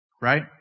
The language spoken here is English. Right